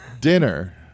dinner